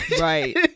right